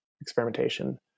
experimentation